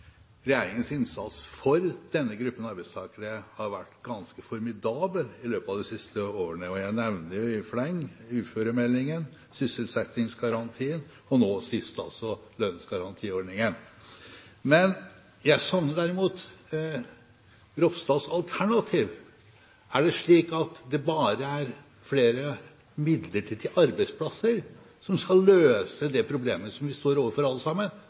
regjeringens innsats for denne gruppen arbeidstakere har vært ganske formidabel i løpet av de siste årene, og jeg nevner i fleng: uføremeldingen, sysselsettingsgarantien og nå sist lønnsgarantiordningen. Jeg savner derimot Ropstads alternativ. Er det slik at det bare er flere midlertidige arbeidsplasser som skal løse det problemet vi står overfor alle sammen,